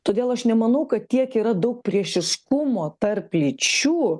todėl aš nemanau kad tiek yra daug priešiškumo tarp lyčių